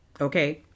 okay